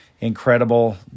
Incredible